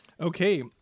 Okay